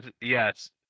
yes